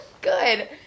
Good